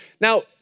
Now